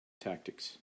tactics